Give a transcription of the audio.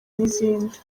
n’izindi